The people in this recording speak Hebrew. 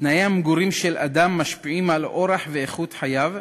תנאי המגורים של אדם משפיעים על אורח ואיכות חייו,